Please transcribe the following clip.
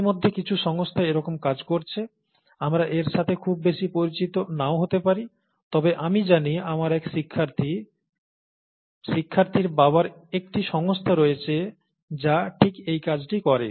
ইতিমধ্যে কিছু সংস্থা এরকম কাজ করছে আমরা এর সাথে খুব বেশি পরিচিত নাও হতে পারি তবে আমি জানি আমার এক শিক্ষার্থীর বাবার একটি সংস্থা রয়েছে যা ঠিক এই কাজটি করে